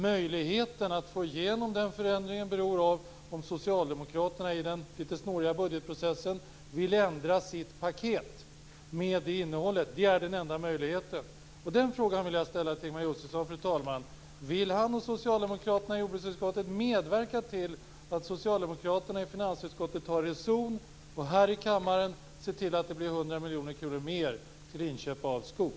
Möjligheten att få igenom denna förändring beror på huruvida socialdemokraterna i den litet snåriga budgetprocessen vill ändra sitt paket med detta innehåll. Det är den enda möjligheten. Den frågan vill jag ställa till Ingemar Josefsson, fru talman: Vill han och socialdemokraterna i jordbruksutskottet medverka till att socialdemokraterna i finansutskottet tar reson och här i kammaren ser till att det blir 100 miljoner kronor mer till inköp av skog?